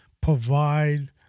provide